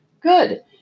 Good